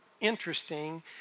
interesting